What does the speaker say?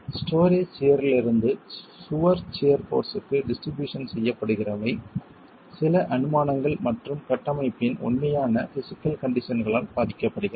storey சியர்யிலிருந்து சுவர் shear போர்ஸ்க்கு டிஸ்ட்ரிபியூஷன் செய்யப்படுகிறவை சில அனுமானங்கள் மற்றும் கட்டமைப்பின் உண்மையான பிஸிக்கல் கண்டிஷன்களால் பாதிக்கப்படுகிறது